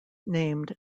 named